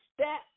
step